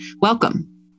Welcome